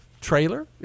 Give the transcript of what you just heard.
trailer